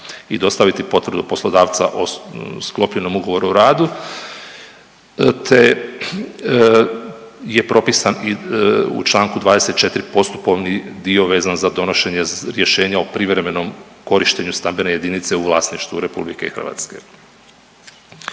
i dostaviti potvrdu poslodavca o sklopljenom ugovoru o radu, te je propisan i u čl. 24. postupovni dio vezan za donošenje rješenja o privremenom korištenju stambene jedinice u vlasništvu RH.